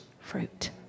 fruit